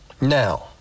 now